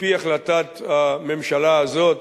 על-פי החלטת הממשלה הזאת